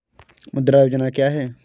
मुद्रा योजना क्या है?